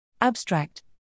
Abstract